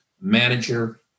manager